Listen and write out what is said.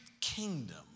kingdom